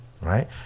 Right